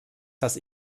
dass